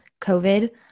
COVID